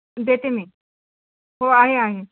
देते मी हो आहे आहे